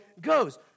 goes